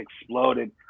exploded